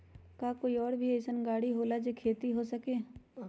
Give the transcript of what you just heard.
का कोई और भी अइसन और गाड़ी होला जे से खेती हो सके?